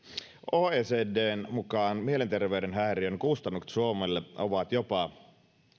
oecdn mukaan mielenterveyden häiriön kustannukset suomelle ovat jopa